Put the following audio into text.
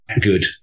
good